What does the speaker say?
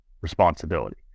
responsibility